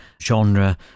genre